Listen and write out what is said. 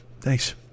Thanks